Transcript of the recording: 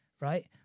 right